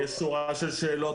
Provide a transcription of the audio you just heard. יש שורה של שאלות,